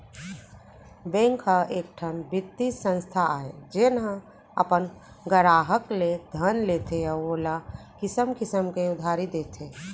bank ह एकठन बित्तीय संस्था आय जेन ह अपन गराहक ले धन लेथे अउ ओला किसम किसम के उधारी देथे